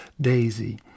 Daisy